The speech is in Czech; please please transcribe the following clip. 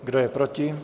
Kdo je proti?